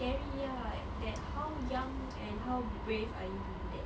scary ah that how young and how brave are you to do that